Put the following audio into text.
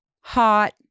hot